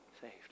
saved